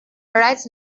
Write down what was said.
bereits